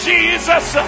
Jesus